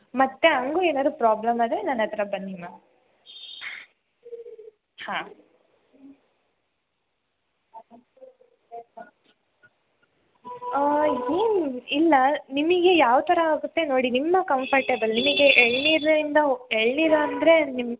ಮತ್ತು ಹಂಗೂ ಏನಾದರೂ ಪ್ರಾಬ್ಲಮ್ ಆದರೆ ನನ್ನ ಹತ್ರ ಬನ್ನಿ ಮ್ಯಾಮ್ ಹಾಂ ಹಾಂ ಏನು ಇಲ್ಲ ನಿಮಗೆ ಯಾವ ಥರ ಆಗುತ್ತೆ ನೋಡಿ ನಿಮ್ಮ ಕಂಫರ್ಟೇಬಲ್ ನಿಮಗೆ ಎಳ್ನೀರಿಂದ ಓಕೆ ಎಳ್ನೀರು ಅಂದರೆ ನಿಮ್ಮ